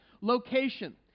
location